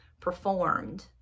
performed